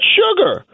sugar